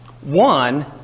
One